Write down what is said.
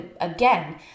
again